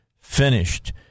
finished